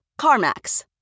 CarMax